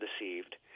deceived